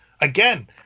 again